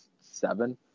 seven